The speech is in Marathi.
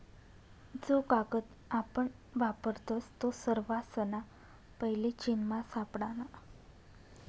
जो कागद आपण वापरतस तो सर्वासना पैले चीनमा सापडना